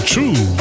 True